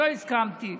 לא הסכמתי.